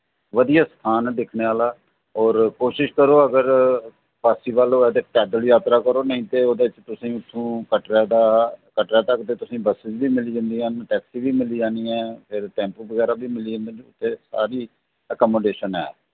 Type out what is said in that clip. बधिया स्थान ऐ दिक्खने आह्ला और कोशश करो अगर पासीबल होऐ ते पैदल जात्तरा करो नेईं ते इत्थै कटड़ा दा कटड़ा तक ते तुसेंगी बस बी मिली जंदियां न टैक्सी बी मिली जानी ऐ फिर टैम्पू बगैरा बी मिली जंदे न ते सारी एकमोडेशन ऐ